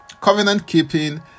covenant-keeping